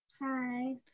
hi